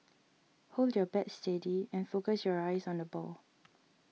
hold your bat steady and focus your eyes on the ball